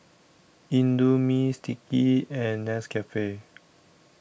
Indomie Sticky and Nescafe